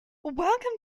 welcome